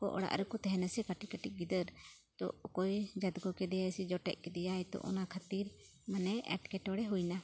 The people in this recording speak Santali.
ᱠᱚ ᱚᱲᱟᱜ ᱨᱮᱠᱚ ᱛᱟᱦᱮᱱᱟ ᱥᱮ ᱠᱟᱹᱴᱤᱡ ᱠᱟᱹᱴᱤᱡ ᱜᱤᱫᱟᱹᱨ ᱛᱚ ᱚᱠᱚᱭ ᱡᱟᱫᱜᱚ ᱠᱮᱫᱮᱭᱟᱭ ᱥᱮ ᱡᱚᱴᱮᱫ ᱠᱮᱫᱮᱭᱟᱭ ᱛᱚ ᱚᱱᱟ ᱠᱷᱟᱛᱤᱨ ᱢᱟᱱᱮ ᱮᱴᱠᱮᱴᱚᱬᱮ ᱦᱩᱭᱮᱱᱟ